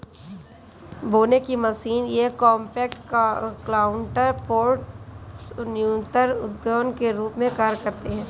बोने की मशीन ये कॉम्पैक्ट प्लांटर पॉट्स न्यूनतर उद्यान के रूप में कार्य करते है